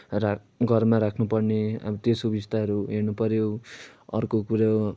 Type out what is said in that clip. र घरमा राख्नुपर्ने अब त्यो सुबिस्ताहरू हेर्नुपऱ्यो अर्को कुरो